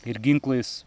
ir ginklais